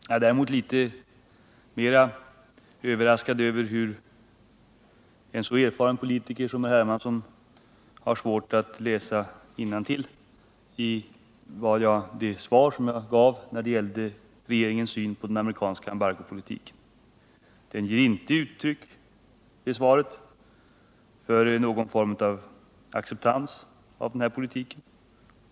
Jag är däremot litet överraskad över att en så erfaren politiker som herr Hermansson har svårt att läsa innantill i mitt svar när det gäller det jag där säger om regeringens syn på den amerikanska embargopolitiken. Svaret ger inte uttryck för någon form av accepterande av denna politik.